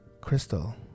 Crystal